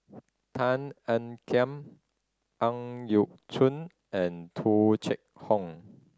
Tan Ean Kiam Ang Yau Choon and Tung Chye Hong